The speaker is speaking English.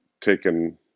taken